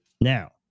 Now